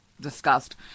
discussed